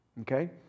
Okay